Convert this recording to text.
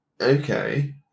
Okay